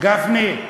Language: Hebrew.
גפני,